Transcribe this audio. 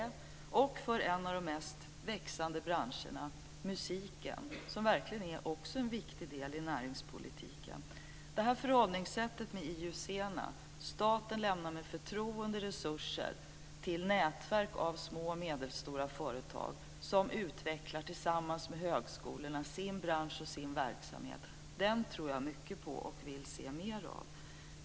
Det finns också för en av det mest växande branscherna, nämligen musiken, som verkligen också är en viktig del i näringspolitiken. Detta förhållningssätt innebär att staten med förtroende lämnar resurser till nätverk av små och medelstora företag som tillsammans med högskolorna utvecklar sin bransch och sin verksamhet. Detta tror jag mycket på och vill se mer av.